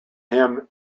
him